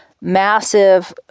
massive